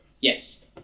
Yes